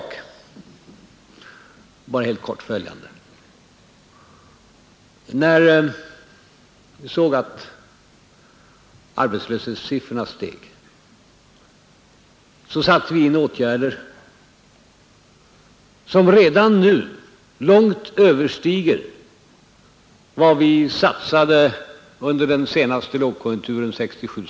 I sak helt kort följande: När vi såg att arbetslöshetssiffrorna steg satte vi in åtgärder som redan nu långt överskrider vad vi satsade under den senaste lågkonjunkturen — 1967/68.